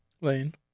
Lane